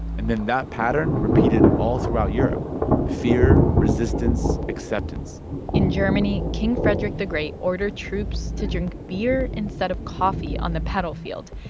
and then that pattern repeated all throughout europe fear, resistance, acceptance in germany, king frederick the great ordered troops to drink beer instead of coffee on the battlefield.